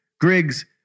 griggs